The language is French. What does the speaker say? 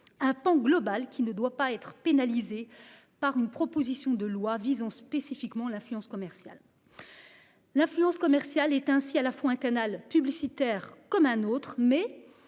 Un pan global qui ne doit pas être pénalisé par une proposition de loi visant spécifiquement l'influence commerciale. L'influence commerciale est ainsi à la fois un canal publicitaire comme un autre mais